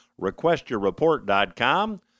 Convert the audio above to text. requestyourreport.com